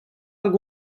hag